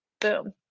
boom